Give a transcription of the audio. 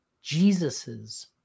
Jesus's